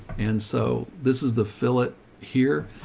and so this is the fill it here,